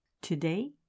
Today